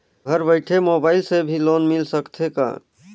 घर बइठे मोबाईल से भी लोन मिल सकथे का?